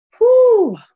Whoo